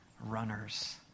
runners